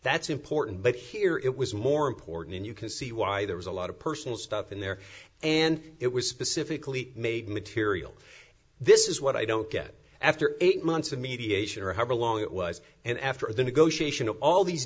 that's important but here it was more important and you can see why there was a lot of personal stuff in there and it was specifically made material this is what i don't get after eight months of mediation or however long it was and after the negotiation of all these